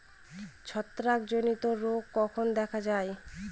ছত্রাক জনিত রোগ কখন দেখা য়ায়?